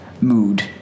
mood